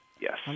Yes